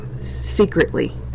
secretly